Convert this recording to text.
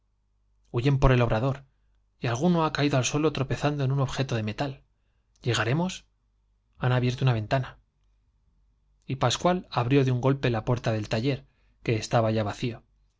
que corría el obrador alguno ha caído al huyen por y suelo tropezando en un objeto de metal llegare mas han abierto una ventana y pascual abrió de un golpe la puerta del taller que estaba ya vacío